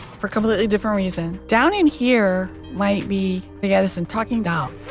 for completely different reasons. down in here might be the edison talking doll.